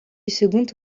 second